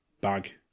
bag